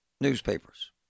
newspapers